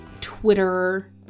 Twitter